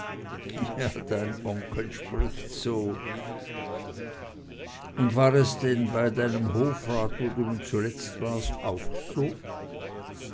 dein onkel spricht so und war es denn bei deinem hofrat wo du nu zuletzt warst auch so